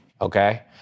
okay